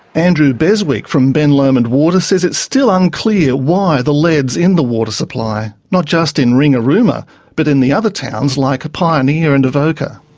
andrew beswick from ben lomond water says it's still unclear why the lead's in the water supply, not just in ringarooma but in the other towns like pioneer and avoca.